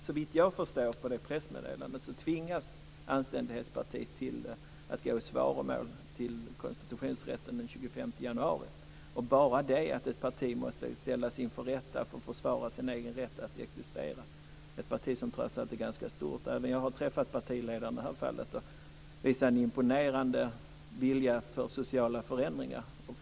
Såvitt jag har förstått av det pressmeddelandet tvingas Anständighetspartiet till att gå i svaromål inför rätten den 25 januari. Ett parti måste ställas inför rätta för att försvara sin egen rätt att existera! Det är trots allt ett ganska stort parti. Jag har träffat partiledaren. Han visar en imponerande vilja för sociala förändringar.